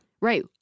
Right